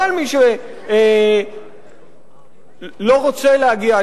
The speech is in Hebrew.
לא על מי שלא רוצה להגיע.